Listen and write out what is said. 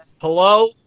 Hello